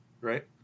right